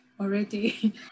already